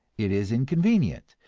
it is inconvenient,